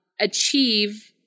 achieve